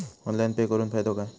Online pay करुन फायदो काय?